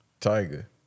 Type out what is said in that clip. Tiger